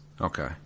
Okay